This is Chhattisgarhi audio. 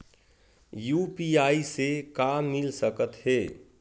यू.पी.आई से का मिल सकत हे?